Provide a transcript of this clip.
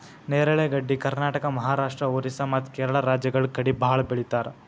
ನೇರಳೆ ಗಡ್ಡಿ ಕರ್ನಾಟಕ, ಮಹಾರಾಷ್ಟ್ರ, ಓರಿಸ್ಸಾ ಮತ್ತ್ ಕೇರಳ ರಾಜ್ಯಗಳ್ ಕಡಿ ಭಾಳ್ ಬೆಳಿತಾರ್